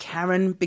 Karen